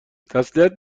تسلیت